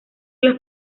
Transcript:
las